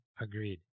agreed